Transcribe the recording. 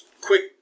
quick